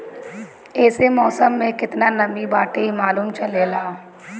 एसे मौसम में केतना नमी बाटे इ मालूम चलेला